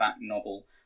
novel